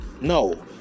No